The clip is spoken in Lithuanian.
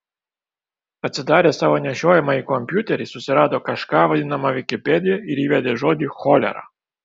atsidaręs savo nešiojamąjį kompiuterį susirado kažką vadinamą vikipedija ir įvedė žodį cholera